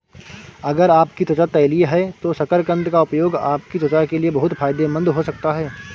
अगर आपकी त्वचा तैलीय है तो शकरकंद का उपयोग आपकी त्वचा के लिए बहुत फायदेमंद हो सकता है